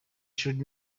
should